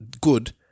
good